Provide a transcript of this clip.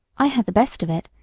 i had the best of it,